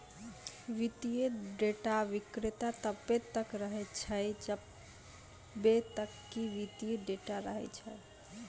वित्तीय डेटा विक्रेता तब्बे तक रहै छै जब्बे तक कि वित्तीय डेटा रहै छै